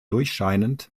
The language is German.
durchscheinend